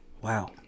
Wow